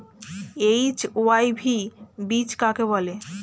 HYV বীজ কাকে বলে?